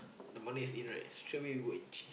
the money is in right straight away we go and change